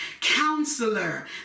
Counselor